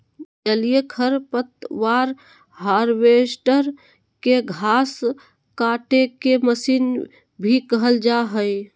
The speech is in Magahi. जलीय खरपतवार हार्वेस्टर, के घास काटेके मशीन भी कहल जा हई